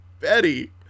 Betty